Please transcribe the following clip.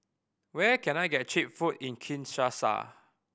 where can I get cheap food in Kinshasa